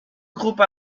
groupe